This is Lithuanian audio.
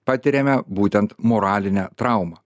patiriame būtent moralinę traumą